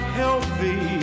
healthy